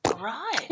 right